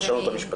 הפרשנות המשפטית.